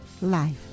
life